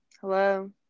Hello